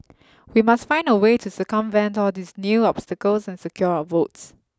we must find a way to circumvent all these new obstacles and secure our votes